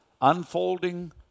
unfolding